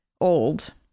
old